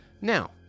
Now